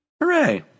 Hooray